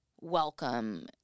welcome